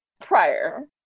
prior